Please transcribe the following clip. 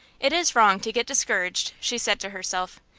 it is wrong to get discouraged, she said to herself.